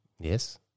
Yes